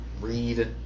read